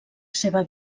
seva